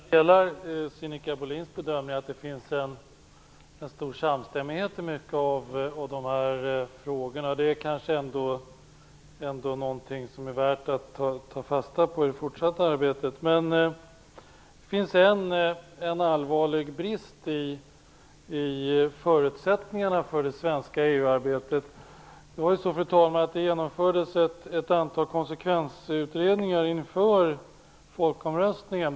Fru talman! Jag delar Sinikka Bohlins bedömning att det finns en stor samstämmighet i de här frågorna. Det är värt att ta fasta på i det fortsatta arbetet. Men det finns en allvarlig brist i förutsättningarna för det svenska EU-arbetet. Det genomfördes ett antal konsekvensutredningar inför folkomröstningen.